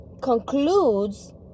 concludes